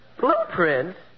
Blueprints